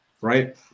right